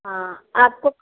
हाँ आपको